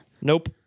Nope